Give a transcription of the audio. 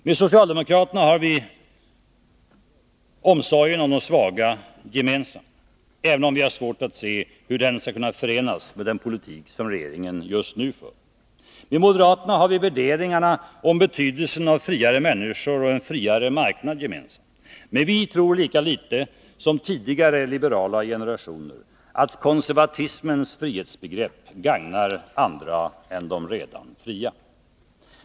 Med socialdemokraterna har vi omsorgen om de svaga gemensam, även om vi har svårt att se hur den skall kunna förenas med den politik som regeringen just nu för. Med moderaterna har vi värderingarna om betydelsen av friare människor och en friare marknad gemensam. Men vi tror lika litet som tidigare liberala generationer, att konservatismens frihetsbegrepp gagnar andra än de redan fria.